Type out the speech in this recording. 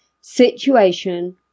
Situation